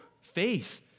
Faith